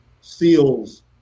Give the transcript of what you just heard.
seals